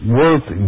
worth